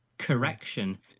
Correction